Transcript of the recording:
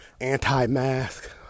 anti-mask